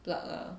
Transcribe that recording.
plug ah